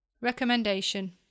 Recommendation